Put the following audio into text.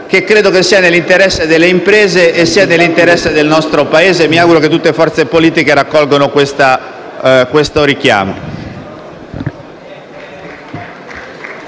che credo sia nell'interesse delle imprese e del nostro Paese. Mi auguro che tutte le forze politiche raccolgano questo richiamo.